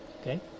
okay